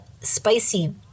spicy